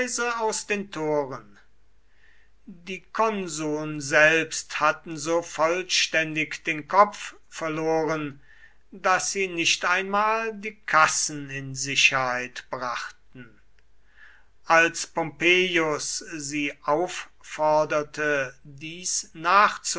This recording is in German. aus den toren die konsuln selbst hatten so vollständig den kopf verloren daß sie nicht einmal die kassen in sicherheit brachten als pompeius sie aufforderte dies